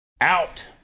out